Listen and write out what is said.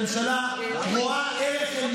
רגע, רגע.